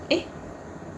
eh